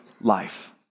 life